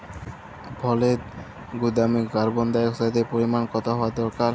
ফলের গুদামে কার্বন ডাই অক্সাইডের পরিমাণ কত হওয়া দরকার?